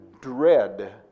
dread